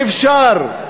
שאפשר,